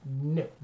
no